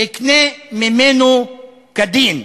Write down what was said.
אקנה ממנו כדין.